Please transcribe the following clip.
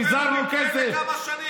פיזרנו כסף.